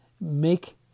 make